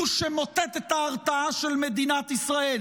הוא שמוטט את ההרתעה של מדינת ישראל,